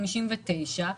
59,